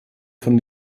von